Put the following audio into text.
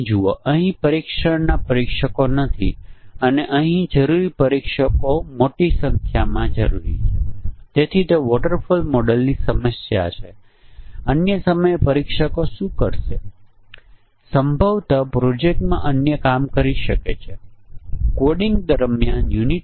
જો પરીક્ષણનાં કેસો બરાબર છે નહીં તો તમારે તેને મેન્યુઅલી સુધારવું પડશે અને હવે આપણે ફક્ત ગોઠવેલા આગલા પગલામાં આપણે પરિમાણ લીધું છે જે મહત્તમ સંખ્યા લે છે અને આપણે તે ગોઠવ્યા છે અન્ય પરિમાણો માટે 2 કિંમતો છે